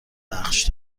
نقش